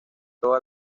toda